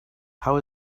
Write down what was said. how